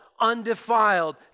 undefiled